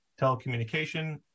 Telecommunication